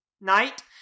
night